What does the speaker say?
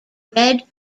red